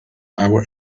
hour